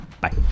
Bye